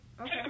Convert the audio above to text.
Okay